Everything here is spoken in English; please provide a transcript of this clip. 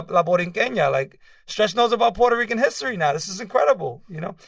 la borinquena. and yeah like stretch knows about puerto rican history now. this is incredible. you know?